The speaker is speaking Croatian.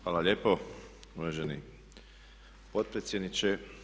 Hvala lijepo uvaženi potpredsjedniče.